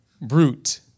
Brute